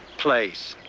place.